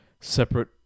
Separate